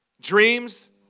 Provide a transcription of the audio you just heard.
Dreams